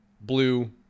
blue